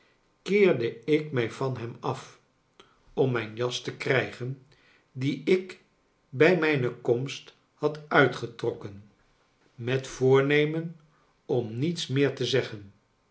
keerde ik mij van hem af om mijn jas te krijgen dien ik bij mijne komst had uitgetrokken met voornemen om niets meer te zeggen